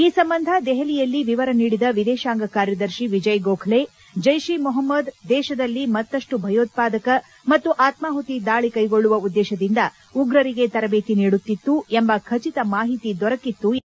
ಈ ಸಂಬಂಧ ದೆಹಲಿಯಲ್ಲಿ ವಿವರ ನೀಡಿದ ವಿದೇಶಾಂಗ ಕಾರ್ಯದರ್ಶಿ ವಿಜಯ್ ಗೋಖಲೆ ಜೈಷ್ ಇ ಮೊಹಮ್ನದ್ ದೇಶದಲ್ಲಿ ಮತ್ತಪ್ಲು ಭಯೋತ್ಪಾದಕ ಮತ್ತು ಆತ್ಪಾಪುತಿ ದಾಳಿ ಕೈಗೊಳ್ಳುವ ಉದ್ದೇಶದಿಂದ ಉಗ್ರರಿಗೆ ತರಬೇತಿ ನೀಡುತ್ತಿತ್ತು ಎಂಬ ಖಚಿತ ಮಾಹಿತಿ ದೊರಕಿತ್ತು ಎಂದರು